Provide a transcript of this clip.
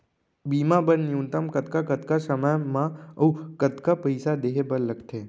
बीमा बर न्यूनतम कतका कतका समय मा अऊ कतका पइसा देहे बर लगथे